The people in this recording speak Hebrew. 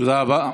תודה רבה.